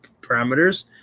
parameters